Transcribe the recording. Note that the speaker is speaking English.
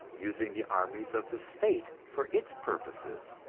using the armies of the state for its purposes.